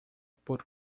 por